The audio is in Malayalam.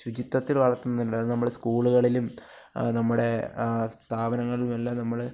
ശുചിത്വത്തില് വളർത്തുന്നില്ല അത് നമ്മുടെ സ്കൂളുകളിലും നമ്മുടെ സ്ഥാപനങ്ങളിലുമെല്ലാം നമ്മൾ